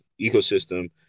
ecosystem